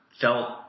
felt